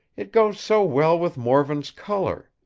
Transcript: it goes so well with morven's color.